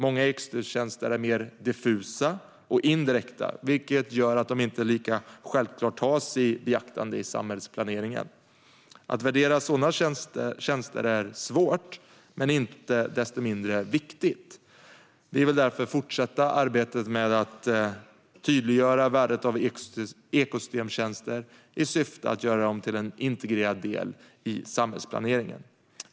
Många ekosystemtjänster är mer diffusa och indirekta, vilket gör att de inte lika självklart tas i beaktande i samhällsplaneringen. Att värdera sådana tjänster är svårt men inte desto mindre viktigt. Vi vill därför fortsätta arbetet med att tydliggöra värdet av ekosystemtjänster i syfte att göra dem till en integrerad del i samhällsplaneringen.